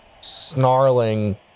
snarling